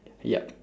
ya